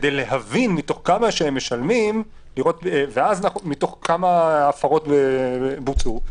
כדי להבין כמה משלמים מתוך כמה הפרות שבוצעו.